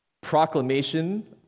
proclamation